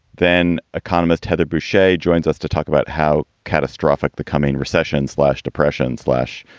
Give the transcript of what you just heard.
then economist heather boushey joins us to talk about how catastrophic the coming recession slash, depression, slash,